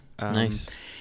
Nice